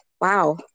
wow